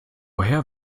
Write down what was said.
her